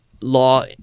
law